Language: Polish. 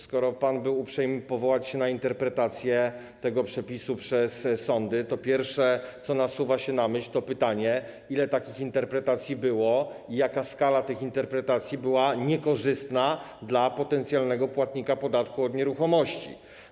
Skoro pan był uprzejmy powołać się na interpretację tego przepisu przez sądy, to pierwsze, co nasuwa się na myśl, to pytanie, ile takich interpretacji było i jaka skala tych interpretacji była niekorzystna dla potencjalnego płatnika podatku od nieruchomości.